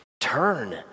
Turn